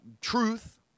Truth